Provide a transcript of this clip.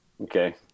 Okay